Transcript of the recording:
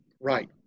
Right